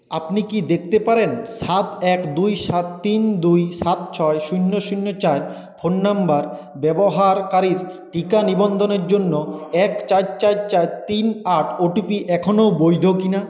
আপনি কি দেখতে পারেন সাত এক দুই সাত তিন দুই সাত ছয় শূন্য শূন্য চার ফোন নম্বর ব্যবহারকারীর টিকা নিবন্ধনের জন্য এক চার চার চার তিন আট ওটিপি এখনও বৈধ কিনা